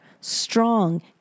strong